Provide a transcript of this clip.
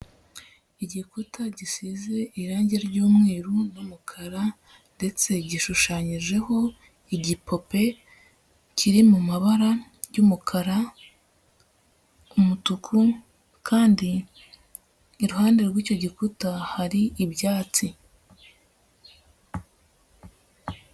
Igikuta gisize irange ry'umweru n'umukara ndetse gishushanyijeho igipope kiri mu mabara y'umukara, umutuku kandi iruhande rw'icyo gikuta hari ibyatsi.